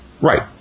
Right